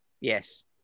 Yes